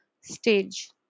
stage